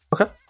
Okay